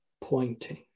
pointing